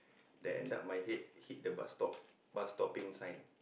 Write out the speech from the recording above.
then end up my head hit the bus stop bus stopping sign